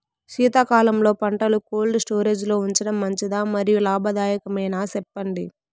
శీతాకాలంలో పంటలు cold storage లో ఉంచడం మంచిదా? మరియు లాభదాయకమేనా, సెప్పండి